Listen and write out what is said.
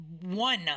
One